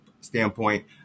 standpoint